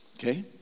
Okay